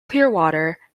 clearwater